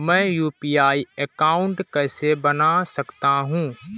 मैं UPI account कैसे बना सकता हूं?